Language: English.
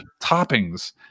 toppings